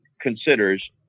considers